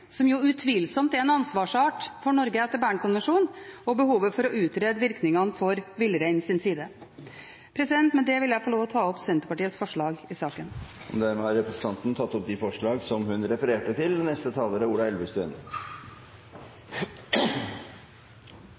som utvilsomt er en ansvarsart for Norge etter Bern-konvensjonen, og behovet for å utrede virkningene for villreinens del. Med det vil jeg få lov å ta opp Senterpartiets forslag i saken. Da har representanten Marit Arnstad tatt opp de forslagene hun refererte til. Først vil jeg gjerne si at jeg synes de vedtakene som gjøres i Stortinget i dag, er